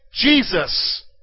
Jesus